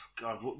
God